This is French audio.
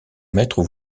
maître